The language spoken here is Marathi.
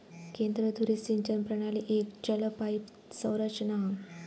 केंद्र धुरी सिंचन प्रणाली एक चल पाईप संरचना हा